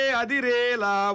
adirela